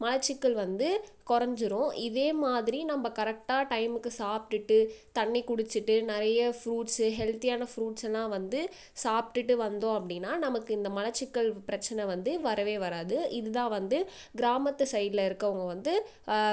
மலச்சிக்கல் வந்து குறைஞ்சிரும் இதே மாதிரி நம்ம கரெக்ட்டாக டைமுக்கு சாப்பிட்டுட்டு தண்ணீர் குடிச்சிட்டு நிறைய ஃபுரூட்ஸு ஹெல்த்தியான ஃபுரூட்ஸ்செல்லாம் வந்து சாப்பிட்டுட்டு வந்தோம் அப்படின்னா நமக்கு இந்த மலச்சிக்கல் பிரச்சனை வந்து வரவே வராது இது தான் வந்து கிராமத்து சைடில் இருக்கவங்க வந்து